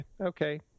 okay